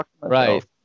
right